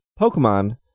Pokemon